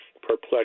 perplexed